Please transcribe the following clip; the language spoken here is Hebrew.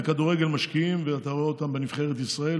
בכדורגל משקיעים ואתה רואה אותם בנבחרת ישראל,